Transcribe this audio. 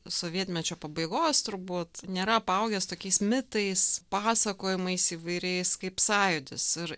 sovietmečio pabaigos turbūt nėra apaugęs tokiais mitais pasakojimais įvairiais kaip sąjūdis ir